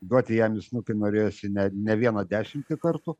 duoti jam į snukį norėjosi ne ne vieną o dešimtį kartų